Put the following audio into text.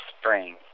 spring